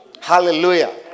Hallelujah